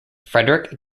frederick